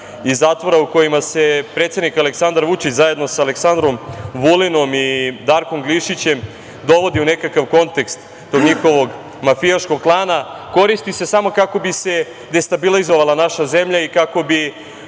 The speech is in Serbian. iz zatvora u kojima se predsednik Aleksandar Vučić zajedno sa Aleksandrom Vulinom i Darkom Glišićem dovodi u nekakav kontekst tog njihovog mafijaškog klana, koristi se samo kako bi se destabilizovala naša zemlja i kako bi